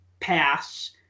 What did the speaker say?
pass